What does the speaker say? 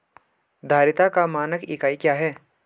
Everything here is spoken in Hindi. धारिता का मानक इकाई क्या है?